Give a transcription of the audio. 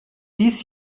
dies